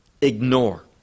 ignore